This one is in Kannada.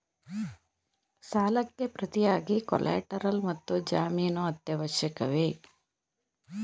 ಸಾಲಕ್ಕೆ ಪ್ರತಿಯಾಗಿ ಕೊಲ್ಯಾಟರಲ್ ಮತ್ತು ಜಾಮೀನು ಅತ್ಯವಶ್ಯಕವೇ?